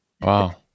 wow